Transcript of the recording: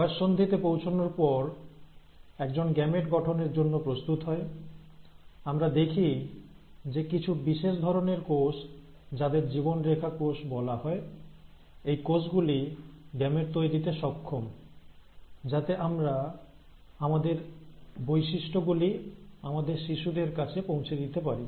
বয়সন্ধিতে পৌঁছানোর পর একজন গ্যামেট গঠনের জন্য প্রস্তুত হয় আমরা দেখি যে কিছু বিশেষ ধরনের কোষ যাদেরকে জীবন রেখা কোষ বলা হয় এই কোষগুলি গ্যামেট তৈরিতে সক্ষম যাতে আমরা আমাদের বৈশিষ্ট্য গুলি আমাদের শিশুদের কাছে পৌঁছে দিতে পারি